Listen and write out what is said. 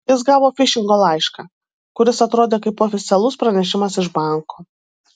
jis gavo fišingo laišką kuris atrodė kaip oficialus pranešimas iš banko